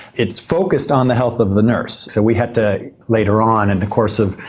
it's focussed on the health of the nurse. so we had to, later on, in the course of,